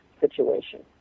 situation